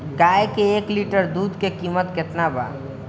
गाय के एक लिटर दूध के कीमत केतना बा?